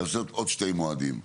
לעשות עוד שני מועדים.